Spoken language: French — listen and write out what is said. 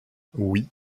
oui